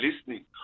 listening